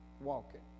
walking